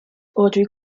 audrey